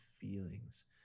feelings